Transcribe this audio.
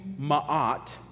ma'at